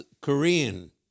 Korean